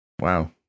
wow